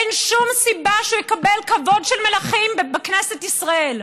אין שום סיבה שהוא יקבל כבוד של מלכים בכנסת ישראל.